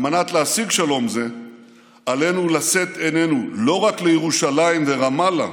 על מנת להשיג שלום זה עלינו לשאת עינינו לא רק לירושלים ורמאללה